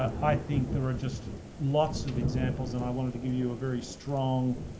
i think there are just lots of examples and i wanted to give you a very strong